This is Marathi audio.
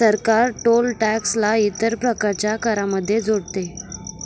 सरकार टोल टॅक्स ला इतर प्रकारच्या करांमध्ये जोडते